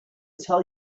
tell